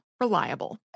Reliable